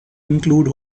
include